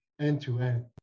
end-to-end